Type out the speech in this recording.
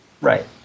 Right